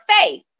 faith